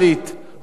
מודרנית,